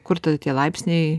kur tie laipsniai